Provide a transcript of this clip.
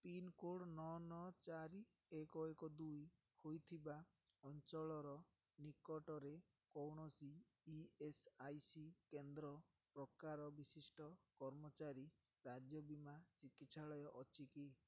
pincode ନଅ ନଅ ଚାରି ଏକ ଏକ ଦୁଇ ହୋଇଥିବା ଅଞ୍ଚଳର ନିକଟରେ କୌଣସି ଇ ଏସ୍ ଆଇ ସି କେନ୍ଦ୍ର ପ୍ରକାର ବିଶିଷ୍ଟ କର୍ମଚାରୀ ରାଜ୍ୟ ବୀମା ଚିକିତ୍ସାଳୟ ଅଛି କି